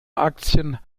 aktien